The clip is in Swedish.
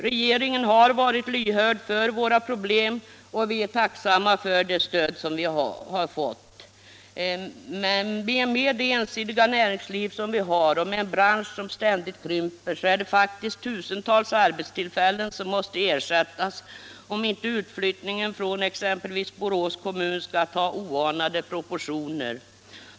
Regeringen har varit lyhörd för våra problem, och vi är tacksamma för det stöd som vi har fått. Med det ensidiga näringsliv som vi har och med en bransch som ständigt krymper är det faktiskt tusentals arbetstillfällen som måste ersättas, om inte utflyttningen från exempelvis Borås kommun skall ta oanade proportioner.